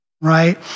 Right